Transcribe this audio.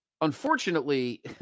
unfortunately